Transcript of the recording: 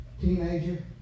teenager